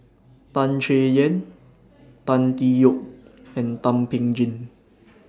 Tan Chay Yan Tan Tee Yoke and Thum Ping Tjin